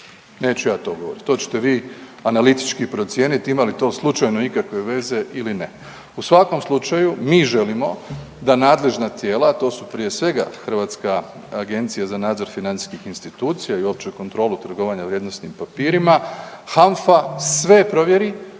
neću ja to govoriti, to ćete vi analitički procijeniti ima li to slučajno ikakve veze ili ne. U svakom slučaju mi želimo da nadležna tijela, a to su prije svega HANFA i opću kontrolu trgovanja vrijednosnim papirima HANFA sve provjeri